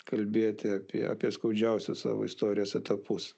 kalbėti apie apie skaudžiausius savo istorijos etapus